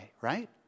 right